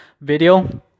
video